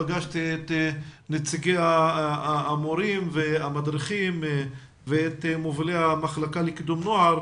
פגשתי את נציגי המורים והמדריכים ואת מובילי המחלקה לקידום נוער,